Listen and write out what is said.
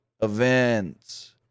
events